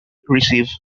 receive